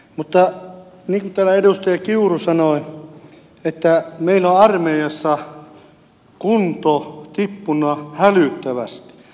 mutta niin kuin täällä edustaja kiuru sanoi meillä on armeijassa kunto tippunut hälyttävästi